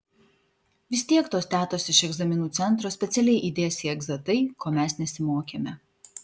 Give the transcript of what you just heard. vis tiek tos tetos iš egzaminų centro specialiai įdės į egzą tai ko mes nesimokėme